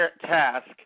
Task